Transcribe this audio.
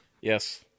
Yes